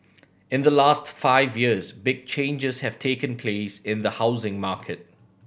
in the last five years big changes have taken place in the housing market